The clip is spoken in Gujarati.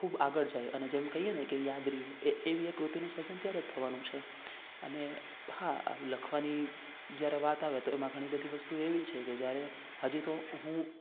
ખૂબ આગળ જાય અને જેમ કઈએને કે ઈ યાદ રે એવી એ કૃતિનું સર્જન ત્યારે જ થવાનું છે અને હા લખવાની જ્યારે વાત આવે તો એમાં ઘણી બધી વસ્તુ એવી છે કે જ્યારે હજી તો હું